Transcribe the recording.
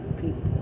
people